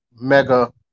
mega